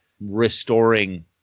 restoring